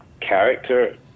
character